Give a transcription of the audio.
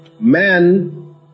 Man